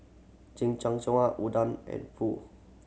Unadon and Pho